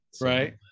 right